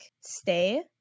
stay